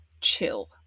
chill